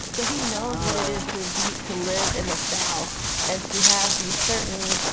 so he knows what it is to be to live in the south and to have these certain